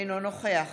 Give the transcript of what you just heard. אינו נוכח